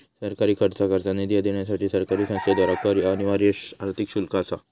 सरकारी खर्चाकरता निधी देण्यासाठी सरकारी संस्थेद्वारा कर ह्या अनिवार्य आर्थिक शुल्क असा